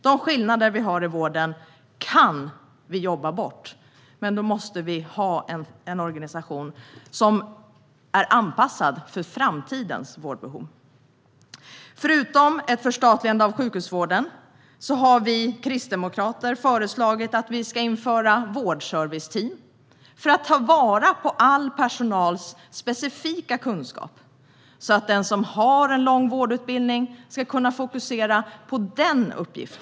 De skillnader vi har i vården kan vi jobba bort. Men då måste vi ha en organisation som är anpassad för framtidens vårdbehov. Förutom ett förstatligande av sjukhusvården har vi kristdemokrater föreslagit att man ska införa vårdserviceteam för att ta vara på all personals specifika kunskap. Den som har en lång vårdutbildning ska kunna fokusera på sin uppgift.